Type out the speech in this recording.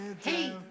Hey